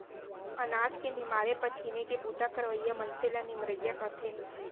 अनाज के निमारे पछीने के बूता करवइया मनसे ल निमरइया कथें